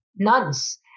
Nuns